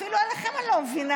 אפילו אתכם אני לא מבינה,